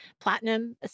platinum